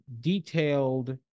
detailed